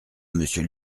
monsieur